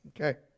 Okay